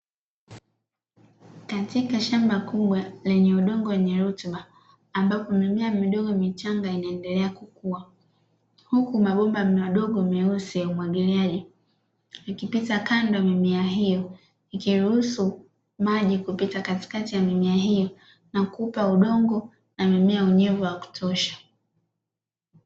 Katika shamba kubwa lenye udongo wenye rutuba, ambapo mimea midogo michanga inaendelea kukua, huku mabomba madogo meusi ya umwagiliaji ikipita kando ya mimea hiyo, ikiruhusu maji kupita katika ya mimea hiyo na kuupa udongo na mimea unyevu wa kutosha.